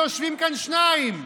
יושבים כאן שניים,